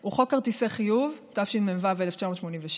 הוא חוק כרטיסי חיוב, התשמ"ו 1986,